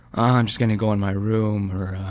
i'm just gunna go in my room or